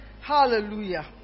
Hallelujah